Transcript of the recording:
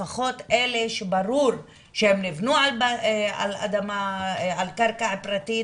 לפחות אלה שברור שהם נבנו על קרקע פרטית